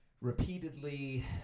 repeatedly